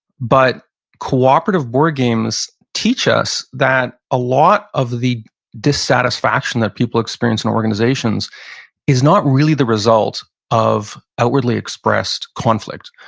but cooperative board games teach us that a lot of the dissatisfaction that people experience in organizations is not really the result of outwardly expressed conflict.